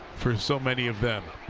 for so many of them.